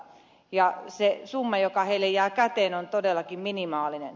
se summa joka heille jää käteen on todellakin minimaalinen